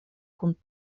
kun